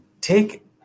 Take